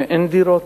שאין דירות.